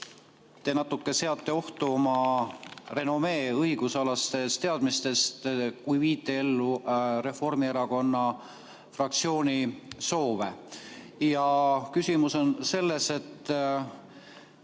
te natuke seate ohtu oma renomee seose õigusalaste teadmistega, kui viite ellu Reformierakonna fraktsiooni soove. Küsimus on selles, et